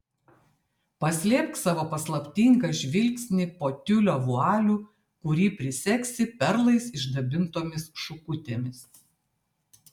paslėpk savo paslaptingą žvilgsnį po tiulio vualiu kurį prisegsi perlais išdabintomis šukutėmis